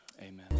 amen